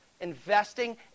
Investing